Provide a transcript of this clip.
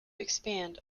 expand